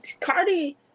Cardi